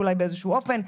אולי באיזשהו באופן,